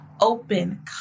open